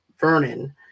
Vernon